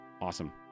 Awesome